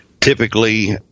Typically